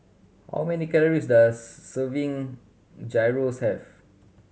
how many calories does serving Gyros have